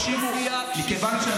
כשאומרים לי, מתקשרים אליי